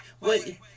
wait